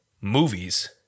movies